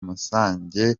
musange